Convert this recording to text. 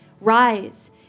Rise